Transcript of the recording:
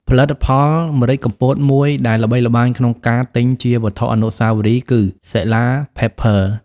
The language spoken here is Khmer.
ផលិតផលម្រេចកំពតមួយដែលល្បីល្បាញក្នុងការទិញជាវត្ថុអនុស្សាវរីយ៍គឺ សិលា ផិប ភើ Sela's Pepper